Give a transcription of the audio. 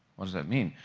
what does that mean?